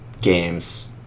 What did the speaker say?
games